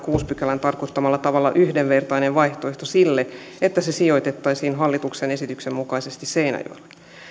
kuudennen pykälän tarkoittamalla tavalla yhdenvertainen vaihtoehto sille että se sijoitettaisiin hallituksen esityksen mukaisesti seinäjoelle